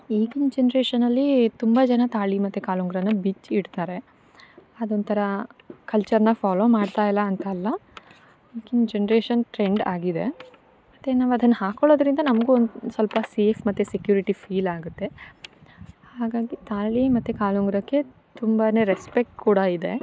ಈಗಿನ ಜನ್ರೇಶನಲ್ಲಿ ತುಂಬ ಜನ ತಾಳಿ ಮತ್ತೆ ಕಾಲುಂಗ್ರವ ಬಿಚ್ಚಿಡ್ತಾ ಇಡ್ತಾರೆ ಅದೊಂಥರ ಕಲ್ಚರ್ನ ಫಾಲೋ ಮಾಡ್ತಾಯಿಲ್ಲ ಅಂತ ಅಲ್ಲ ಈಗಿನ ಜನ್ರೇಷನ್ ಟ್ರೆಂಡ್ ಆಗಿದೆ ಮತ್ತು ನಾವು ಅದನ್ನ ಹಾಕ್ಕೊಳ್ಳೋದ್ರಿಂದ ನಮಗೂ ಒಂದು ಸ್ವಲ್ಪ ಸೇಫ್ ಮತ್ತು ಸೆಕ್ಯುರಿಟಿ ಫೀಲ್ ಆಗುತ್ತೆ ಹಾಗಾಗಿ ತಾಳಿ ಮತ್ತು ಕಾಲುಂಗ್ರಕ್ಕೆ ತುಂಬಾನೆ ರೆಸ್ಪೆಕ್ಟ್ ಕೂಡ ಇದೆ